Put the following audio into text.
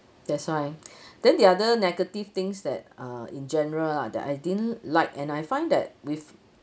that's why then the other negative things that uh in general ah that I didn't like and I find that with